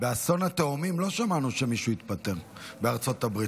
באסון התאומים לא שמענו שמישהו התפטר בארצות הברית,